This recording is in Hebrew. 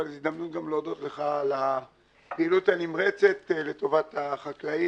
אבל זו הזדמנות גם להודות לך על הפעילות הנמרצת לטובת החקלאים